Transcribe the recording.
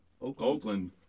Oakland